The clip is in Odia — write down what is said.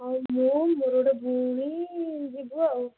ହଁ ମୁଁ ମୋର ଗୋଟେ ଭଉଣୀ ଯିବୁ ଆଉ